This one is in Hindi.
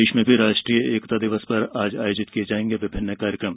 प्रदेश में भी राष्ट्रीय एकता दिवस पर आज आयोजित किये जाएंगे विभिन्न कार्यक्रम